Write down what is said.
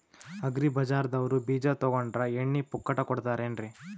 Agri ಬಜಾರದವ್ರು ಬೀಜ ತೊಗೊಂಡ್ರ ಎಣ್ಣಿ ಪುಕ್ಕಟ ಕೋಡತಾರೆನ್ರಿ?